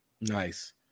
Nice